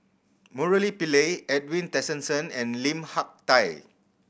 Murali Pillai Edwin Tessensohn and Lim Hak Tai